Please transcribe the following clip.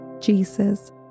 Jesus